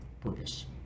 purpose